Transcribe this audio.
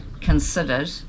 considered